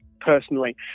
personally